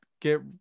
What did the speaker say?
get